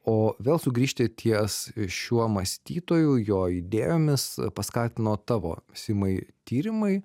o vėl sugrįžti ties šiuo mąstytoju jo idėjomis paskatino tavo simai tyrimai